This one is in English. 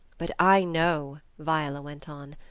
but i know, viola went on,